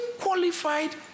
qualified